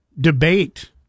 debate